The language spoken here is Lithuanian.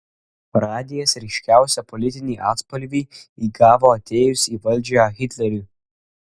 radijas ryškiausią politinį atspalvį įgavo atėjus į valdžią hitleriui